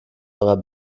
eurer